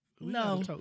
No